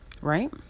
right